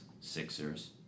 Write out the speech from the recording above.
Sixers